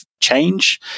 Change